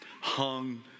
hung